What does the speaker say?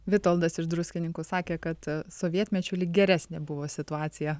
vitoldas iš druskininkų sakė kad sovietmečiu lyg geresnė buvo situacija